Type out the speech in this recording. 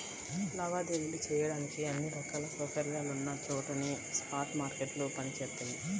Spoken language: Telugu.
లావాదేవీలు చెయ్యడానికి అన్ని రకాల సౌకర్యాలున్న చోటనే స్పాట్ మార్కెట్లు పనిచేత్తయ్యి